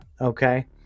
Okay